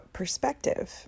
perspective